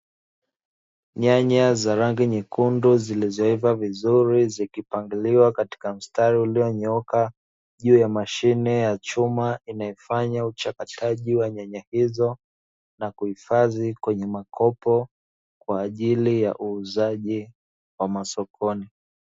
Nyanya za rangi nyekundu zilizoiva vizuri, zikipangiliwa katika mstari ulionyooka, juu ya mashine ya chuma inayofanya uchakataji wa nyanya hizo, na kuhifadhi kwenye makopo kwa ajili ya uuzaji wa masokoni.